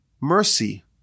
mercy